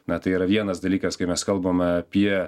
na tai yra vienas dalykas kai mes kalbame apie